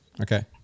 Okay